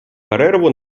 перерву